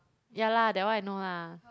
yeah lah that one I know lah